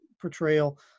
portrayal